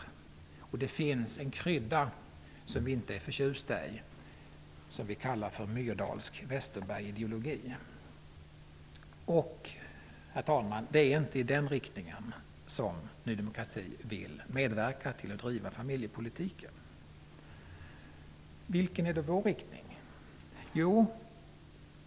Det finns i detta även en krydda som vi inte är förtjusta i och som vi kallar Myrdalsk Westerbergideologi. Herr talman! Det är inte i denna riktning som Ny demokrati vill medverka till att driva familjepolitiken. Vilken är då vår inriktning?